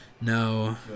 No